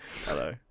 Hello